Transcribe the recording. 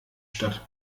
statt